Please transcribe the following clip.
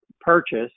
purchase